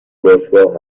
باشگاه